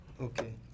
Okay